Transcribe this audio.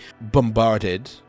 bombarded